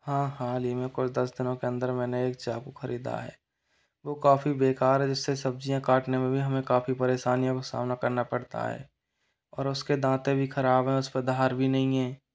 हाँ हाल ही में कुछ दस दिनों के अंदर मैंने एक चाकू खरीदा है वो काफ़ी बेकार है जिससे सब्ज़ियाँ काटने में भी हमें काफ़ी परेशानियों का सामना करना पड़ता है और उसके दांते भी खराब है उसपे धार भी नहीं है